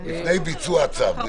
לפני ביצוע הצו.